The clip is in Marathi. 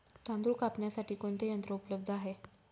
तांदूळ कापण्यासाठी कोणते यंत्र उपलब्ध आहे?